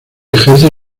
ejerce